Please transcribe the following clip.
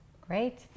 Great